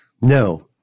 No